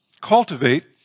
cultivate